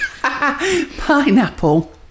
Pineapple